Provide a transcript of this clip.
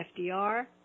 FDR